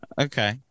Okay